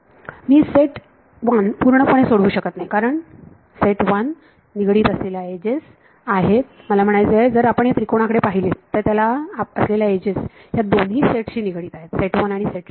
मी set 1 पूर्णपणे सोडवू शकत नाही कारण सेट 1 निगडीत असलेल्या एजेस आहेत मला म्हणायचे आहे जर आपण ह्या त्रिकोणाकडे पाहिले तर त्याला असलेल्या एजेस ह्या या दोन्ही सेट 1 आणि सेट 2 शी निगडीत आहेत